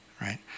right